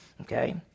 Okay